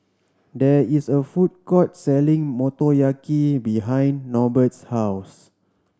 there is a food court selling Motoyaki behind Norbert's house